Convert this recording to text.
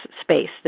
space